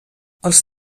els